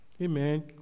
amen